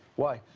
why?